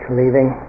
leaving